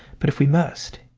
but if we must,